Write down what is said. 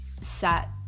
sat